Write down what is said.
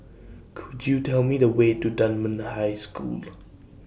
Could YOU Tell Me The Way to Dunman High School